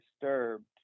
disturbed